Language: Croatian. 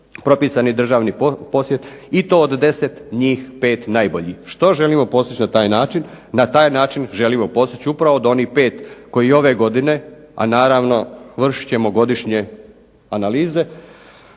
se ne razumije./... i to od 10 njih 5 najboljih. Što želimo postići na taj način? Na taj način želimo postići upravo da onih pet koji ove godine, a naravno vršit ćemo godišnje analize,